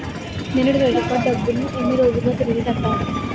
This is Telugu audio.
నేను క్రెడిట్ కార్డ్ డబ్బును ఎన్ని రోజుల్లో తిరిగి కట్టాలి?